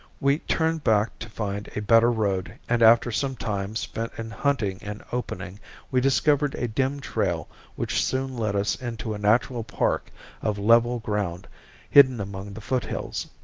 we turned back to find a better road and after some time spent in hunting an opening we discovered a dim trail which soon led us into a natural park of level ground hidden among the foothills.